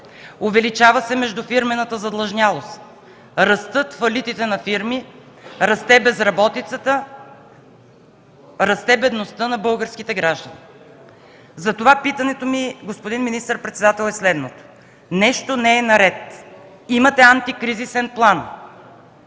увеличава се междуфирмената задлъжнялост; растат фалитите на фирми; расте безработицата; расте бедността на българските граждани. Затова питането ми, господин министър-председател, е следното. Нещо не е наред. Имате антикризисен план.